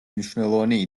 მნიშვნელოვანი